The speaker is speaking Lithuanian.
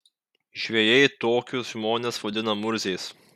žvejai tokius žmones vadina murziais